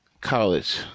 college